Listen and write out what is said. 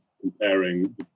comparing